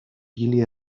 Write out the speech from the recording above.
billy